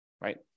Right